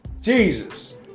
Jesus